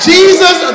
Jesus